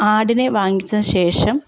ആടിനെ വാങ്ങിച്ച ശേഷം